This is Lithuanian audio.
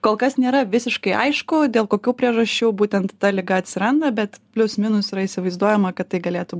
kol kas nėra visiškai aišku dėl kokių priežasčių būtent ta liga atsiranda bet plius minus yra įsivaizduojama kad tai galėtų